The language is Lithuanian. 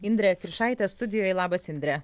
indrė kiršaitė studijoj labas indre